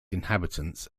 inhabitants